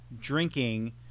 drinking